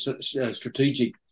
strategic